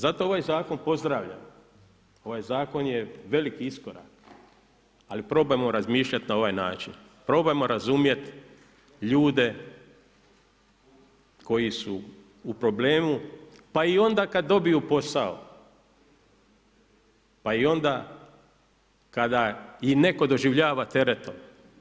Zato ovaj zakon pozdravljam, ovaj zakon je veliki iskorak, ali probajmo razmišljati na ovaj način, probajmo razumjet ljude koji su u problemu pa i onda kada dobiju posao, pa i onda kada ih netko doživljava teretom.